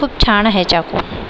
खूप छानआहे चाकू